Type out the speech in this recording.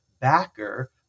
backer